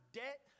debt